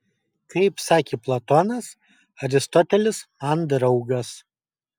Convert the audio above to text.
kaip sakė platonas aristotelis man draugas